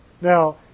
Now